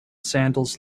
sandals